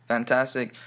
Fantastic